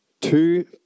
Two